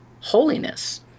holiness